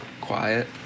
quiet